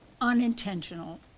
unintentional